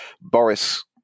Boris